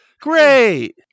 Great